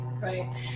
Right